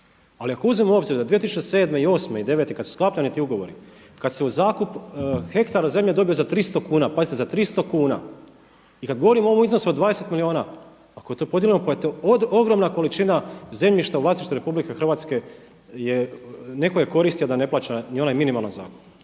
ali ako uzmemo u obzir da 2007., osme i devete kada su sklapani ti ugovori kada se u zakup hektara zemlje dobio za 300 kuna, pazite za 300 kuna i kad govorimo o ovom iznosu od 20 milijuna, ako je to podijeljeno, to je ogromna količina zemljišta u vlasništvu RH neko je koristi, a da ne plaća onaj ni onaj minimalni zakup.